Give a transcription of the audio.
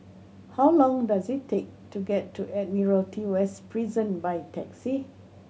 how long does it take to get to Admiralty West Prison by taxi